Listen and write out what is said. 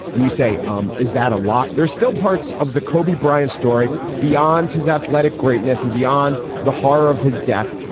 and you say, um is that a lot? there's still parts of the kobe bryant story beyond his athletic greatness and beyond the horror of his death.